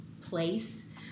place